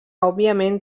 òbviament